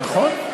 נכון.